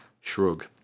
shrug